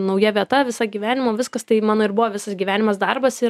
nauja vieta visą gyvenimą viskas tai mano ir buvo visas gyvenimas darbas ir